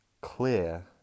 clear